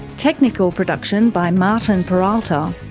technical production by martin peralta,